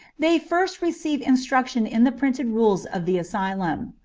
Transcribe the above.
they first receive instruction in the printed rules of the asylum.